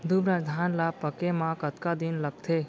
दुबराज धान ला पके मा कतका दिन लगथे?